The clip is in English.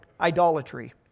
idolatry